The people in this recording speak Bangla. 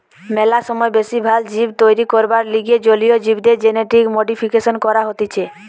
ম্যালা সময় বেশি ভাল জীব তৈরী করবার লিগে জলীয় জীবদের জেনেটিক মডিফিকেশন করা হতিছে